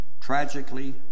tragically